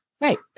Right